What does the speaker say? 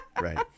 Right